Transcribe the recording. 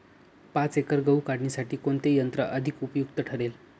पाच एकर गहू काढणीसाठी कोणते यंत्र अधिक उपयुक्त ठरेल?